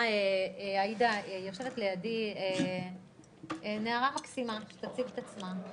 עאידה, יושבת לידי נערה מקסימה שתציג את עצמה.